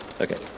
Okay